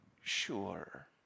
sure